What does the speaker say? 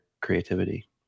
creativity